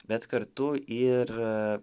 bet kartu ir